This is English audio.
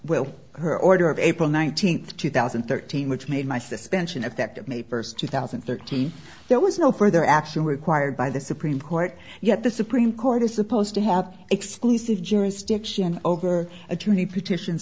will her order of april nineteenth two thousand and thirteen which made my suspension effective may first two thousand and thirteen there was no further action required by the supreme court yet the supreme court is supposed to have exclusive jurisdiction over attorney petitions